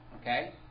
Okay